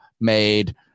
made